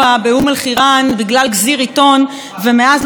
גזיר עיתון ומאז לא טרח אפילו להתנצל,